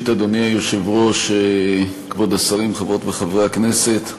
אדוני היושב-ראש, כבוד השרים, חברות וחברי הכנסת,